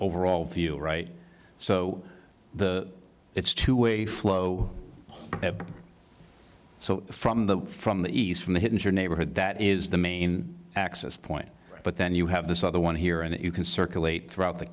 overall feel right so the it's two way flow so from the from the east from the hidden or neighborhood that is the main access point but then you have this other one here and you can circulate throughout the